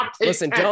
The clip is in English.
Listen